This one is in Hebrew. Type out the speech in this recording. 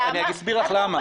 זה הגיוני, אני אסביר לך למה.